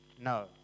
No